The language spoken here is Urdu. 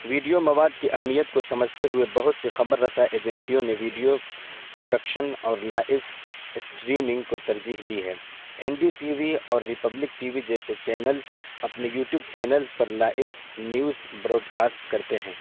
ویڈیو مواد کی اہمیت کو سمجھتے ہوئے بہت سی خبر رسا ایجنسیوں نے ویڈیو پروڈکشن اور لائف اسٹریمنگ کو ترجیح دی ہے این ڈی ٹی وی اور ریپبلک ٹی وی جیسے چینلس اپنے یو ٹیوب چینلس پر لائیو نیوز بروڈ کاسٹ کرتے ہیں